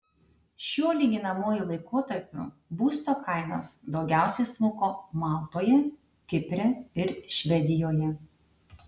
šiuo lyginamuoju laikotarpiu būsto kainos daugiausiai smuko maltoje kipre ir švedijoje